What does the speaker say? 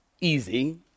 easy